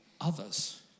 others